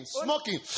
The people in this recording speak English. smoking